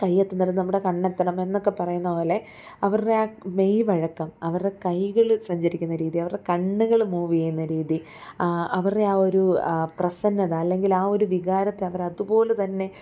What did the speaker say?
കയ്യെത്തുന്നിടത്ത് നമ്മുടെ കണ്ണെത്തണം എന്നൊക്കെ പറയുന്ന പോലെ അവരുടെ ആ മെയ്വഴക്കം അവരുടെ കൈകള് സഞ്ചരിക്കുന്ന രീതി അവരുടെ കണ്ണുകള് മൂവെയ്യുന്ന രീതി അവരുടെ ആ ഒരു പ്രസന്നത അല്ലങ്കിലാ ഒരു വികാരത്തെ അവരതുപോലെ തന്നെ